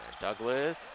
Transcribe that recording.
Douglas